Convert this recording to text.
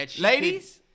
Ladies